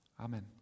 Amen